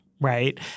right